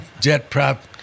jet-prop